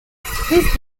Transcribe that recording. this